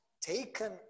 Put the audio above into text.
taken